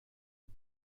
est